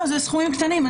זה סכומים קטנים.